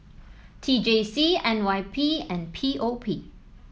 T J C N Y P and P O P